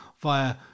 via